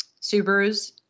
subarus